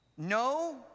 No